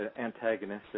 antagonistic